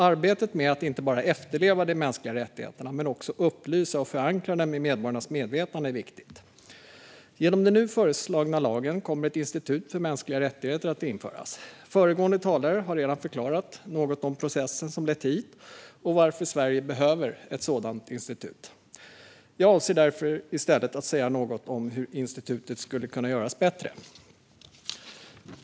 Arbetet med att inte bara efterleva de mänskliga rättigheterna utan att också upplysa och förankra dem i medborgarnas medvetande är viktigt. Genom den nu föreslagna lagen kommer ett institut för mänskliga rättigheter att införas. Föregående talare har redan förklarat något om processen som lett hit och varför Sverige behöver ett sådant institut. Jag avser därför i stället att säga något om hur institutet skulle kunna göras bättre.